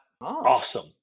awesome